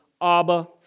Abba